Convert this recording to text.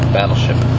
battleship